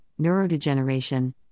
neurodegeneration